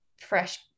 fresh